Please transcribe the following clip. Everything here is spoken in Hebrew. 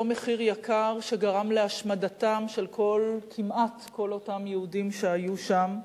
מחיר יקר של השמדת כמעט כל אותם יהודים שהיו שם,